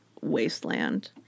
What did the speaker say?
wasteland